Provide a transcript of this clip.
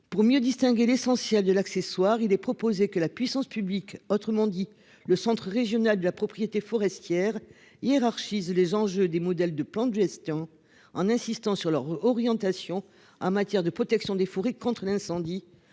Pour mieux distinguer l'essentiel de l'accessoire, il est proposé que la puissance publique. Autrement dit, le Centre régional de la propriété forestière hiérarchise les enjeux des modèles de plans de gestion en insistant sur leur orientation en matière de protection des forêts contre l'incendie.